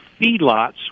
feedlots